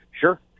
Sure